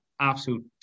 absolute